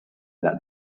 that